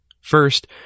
First